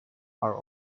are